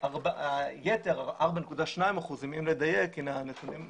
היתר, 4.2% אם לדייק, אלה הנתונים שהופיעו,